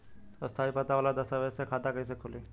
स्थायी पता वाला दस्तावेज़ से खाता कैसे खुली?